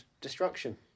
destruction